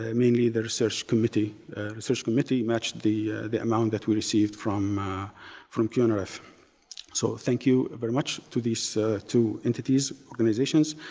ah mainly the research committee. the research committee matched the the amount that we received from from qnrf. so, thank you very much to these two entities, organizations.